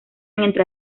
entre